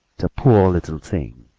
the poor little thing!